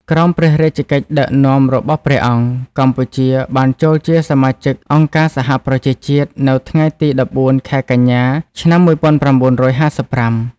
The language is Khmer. ក្រោមព្រះរាជកិច្ចដឹកនាំរបស់ព្រះអង្គ កម្ពុជាបានចូលជាសមាជិកអង្គការសហប្រជាជាតិនៅថ្ងៃទី១៤ ខែកញ្ញា ឆ្នាំ១៩៥៥។